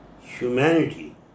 humanity